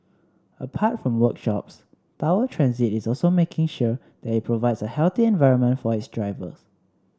apart from workshops Tower Transit is also making sure that it provides a healthy environment for its drivers